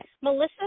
Melissa